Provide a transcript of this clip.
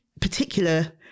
particular